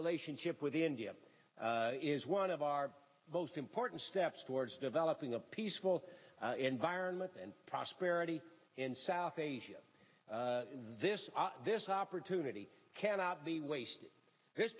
relationship with india is one of our most important steps towards developing a peaceful environment and prosperity in south asia this this opportunity cannot be wasted this